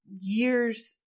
years